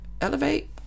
elevate